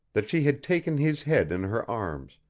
that she had taken his head in her arms,